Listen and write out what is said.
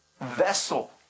Vessel